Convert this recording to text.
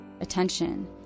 attention